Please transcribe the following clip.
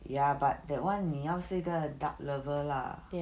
ya but that one 你要是一个 duck lover lah